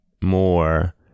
more